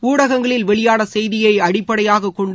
உடகங்களில் வெளியான செய்தியை அடிப்படையாகக் கொண்டு